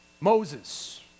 Moses